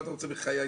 מה אתה רוצה מחיי?